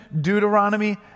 Deuteronomy